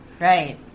Right